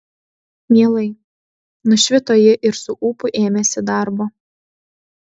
mielai nušvito ji ir su ūpu ėmėsi darbo